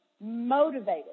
motivated